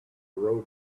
road